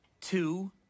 two